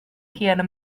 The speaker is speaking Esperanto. kiel